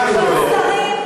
אין שרים,